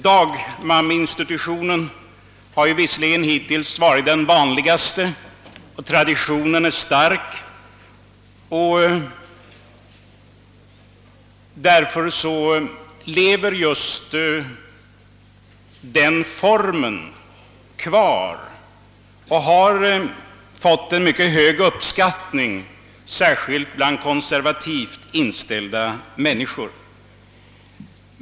Dagmammainstitutionen har visserligen hittills varit den vanligaste. Traditionen därvidlag är stark, och därför kvarlever just denna form. Den har rönt en mycket hög uppskattning, särskilt bland konservativt inställda människor.